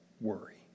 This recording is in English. worry